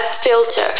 filter